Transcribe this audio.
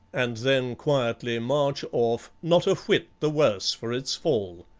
and then quietly march off not a whit the worse for its fall.